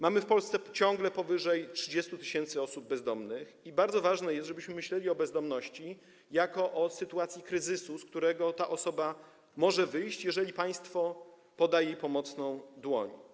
Mamy w Polsce ciągle powyżej 30 tys. osób bezdomnych i bardzo ważne jest, żebyśmy myśleli o bezdomności jako o sytuacji kryzysu, z którego ta osoba może wyjść, jeżeli państwo poda jej pomocną dłoń.